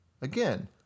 Again